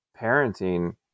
parenting